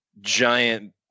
giant